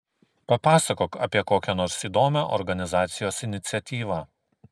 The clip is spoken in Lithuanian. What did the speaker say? papasakok apie kokią nors įdomią organizacijos iniciatyvą